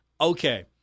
okay